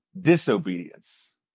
disobedience